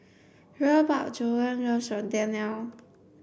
Rhea bought Gogan Josh for Danelle